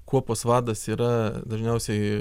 kuopos vadas yra dažniausiai